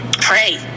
Pray